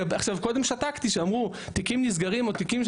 קודם שתקתי כשאמרו תיקים נסגרים או תיקים,